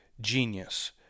genius